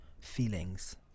feelings